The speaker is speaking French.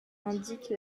indique